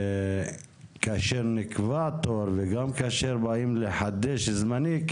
כאשר נקבע תור וגם כאשר באים לחדש זמני,